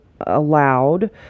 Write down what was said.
allowed